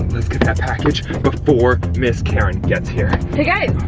let's get that package before miss karen gets here. hey guys!